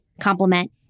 compliment